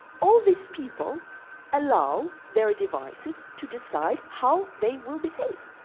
all these people allow their devices to decide how they will behave.